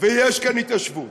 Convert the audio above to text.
ויש כאן התיישבות.